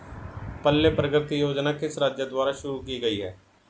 पल्ले प्रगति योजना किस राज्य द्वारा शुरू की गई है?